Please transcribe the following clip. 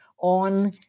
on